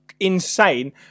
Insane